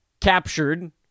captured